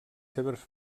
seves